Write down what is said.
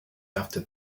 after